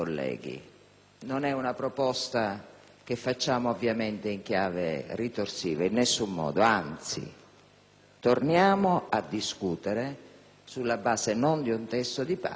Anzi, torniamo a discutere sulla base non di un testo di parte, ma di un dibattito che si è dipanato solo in questa legislatura per sette mesi, che vede già un testo del senatore Calabrò